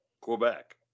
Quebec